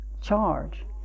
charge